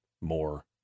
more